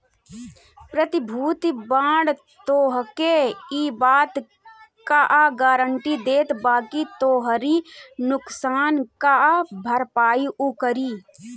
प्रतिभूति बांड तोहके इ बात कअ गारंटी देत बाकि तोहरी नुकसान कअ भरपाई उ करी